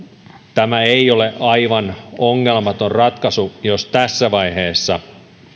se ei olisi aivan ongelmaton ratkaisu jos tässä vaiheessa